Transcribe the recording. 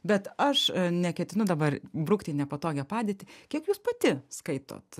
bet aš neketinu dabar brukti į nepatogią padėtį kiek jūs pati skaitot